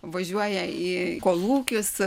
važiuoja į kolūkius